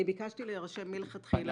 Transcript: --- אני ביקשתי להירשם מלכתחילה.